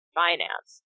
finance